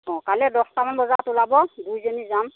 অ কাইলৈ দহটা মান বজাত ওলাব দুইজনী যাম